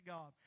God